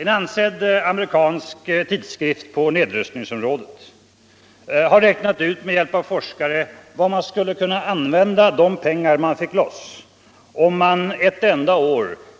En ansedd amerikansk tidskrift på nedrustningsområdet har med hjälp av forskare räknat ut vad man skulle kunna använda de pengar till som man fick loss om man